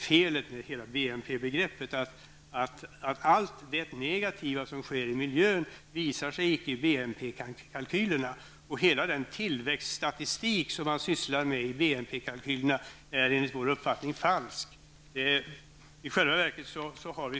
Felet med hela BNP-begreppet är att allt det negativa som sker i miljön inte visar sig i BNP kalkylerna. Hela den tillväxtstatistik som man sysslar med i BNP-kalkylerna är enligt vår uppfattning falsk.